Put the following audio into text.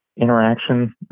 interaction